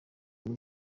muri